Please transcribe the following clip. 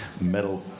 metal